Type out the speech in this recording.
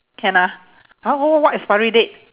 can ah !huh! what what what expiry date